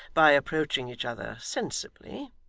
by approaching each other sensibly,